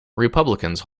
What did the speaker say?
republicans